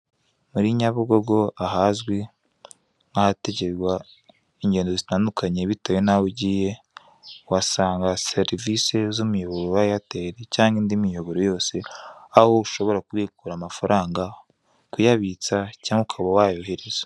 Muri Nyabugogo ahazwi nkahategerwa ingendo zitandukanye bitewe naho ugiye uhasanga serivise z'umuyoboro wa eyateri cyangwa indi miyoboro yose aho ushobora kubikura amafaranga kuyabitsa cyangwa ukaba wayohereza.